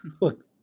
look